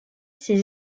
ces